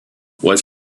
was